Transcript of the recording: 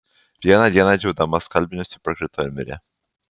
vieną dieną džiaudama skalbinius ji parkrito ir mirė